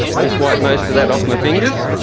just wipe most of that off my fingers,